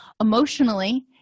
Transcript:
Emotionally